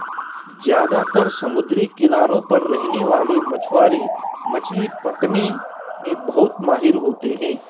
ज्यादातर समुद्री किनारों पर रहने वाले मछवारे मछली पकने में बहुत माहिर होते है